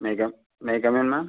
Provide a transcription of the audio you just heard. May come may come in ma'am